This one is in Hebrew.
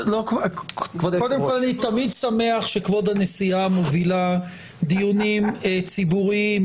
--- קודם כל אני תמיד שמח שכבוד הנשיאה מובילה דיונים ציבוריים,